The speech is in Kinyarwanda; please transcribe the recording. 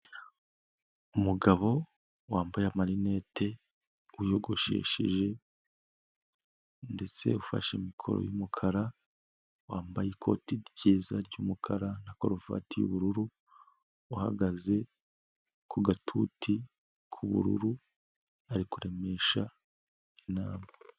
Umugabo wambaye amarinete wiyogosheshe, ndetse ufashe mikoro y'umukara, wambaye ikoti ryiza ry'umukara na karuvati y'ubururu, uhagaze ku gatuti k'ubururu ari kuremesha inama.